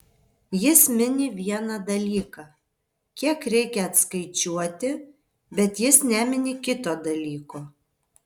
jis mini vieną dalyką kiek reikia atskaičiuoti bet jis nemini kito dalyko